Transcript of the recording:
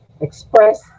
Express